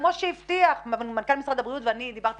כמו שהבטיח מנכ"ל משרד הבריאות ואני דיברתי